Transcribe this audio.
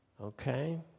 Okay